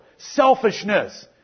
selfishness